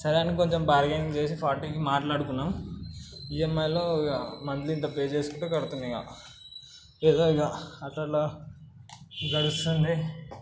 సరే అని కొంచెం బార్గైన్ చేసి ఫార్టీకి మాట్లాడుకున్నాం ఈఎంఐలో ఇంకా మంత్లీ ఇంత పే చేసుకుని కడుతున్నాం ఇంకా ఏదో ఇంకా అట్లట్ల గడుస్తుంది